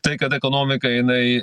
tai kad ekonomika jinai